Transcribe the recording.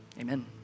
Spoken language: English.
amen